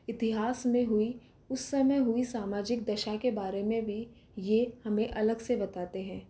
इतिहास में हुई उस समय हुई सामाजिक दशा के बारे में भी यह हमें अलग से बताते हैं